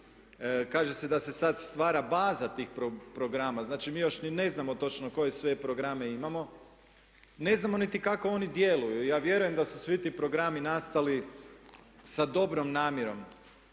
Kaže se da se sad stvara baza tih programa. Znači mi još ni ne znamo točno koje sve programe imamo, ne znamo ni kako oni djeluju. Ja vjerujem da su svi ti programi nastali sa dobrom namjerom,